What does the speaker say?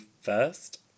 first